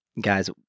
Guys